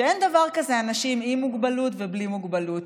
שאין דבר כזה אנשים עם מוגבלות ובלי מוגבלות.